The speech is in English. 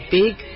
big